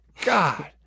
God